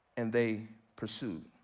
and they pursued.